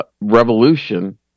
revolution